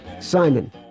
Simon